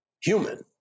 human